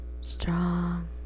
strong